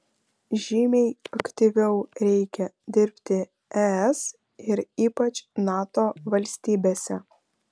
žymiai aktyviau reikia dirbti es ir ypač nato valstybėse